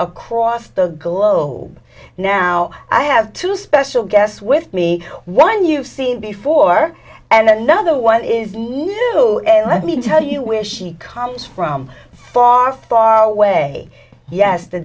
across the globe now i have two special guests with me one you've seen before and another one is needle and let me tell you where she comes from far far away yes the